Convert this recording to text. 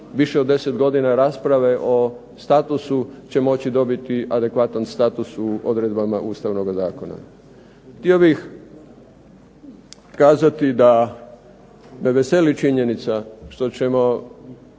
više od 10 godina rasprave o statusu će moći dobiti adekvatan status u odredbama ustavnoga zakona. Htio bih kazati da me veseli činjenica što ćemo